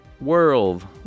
world